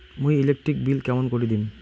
মুই electric bill কেমন করি দিম?